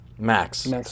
Max